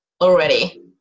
already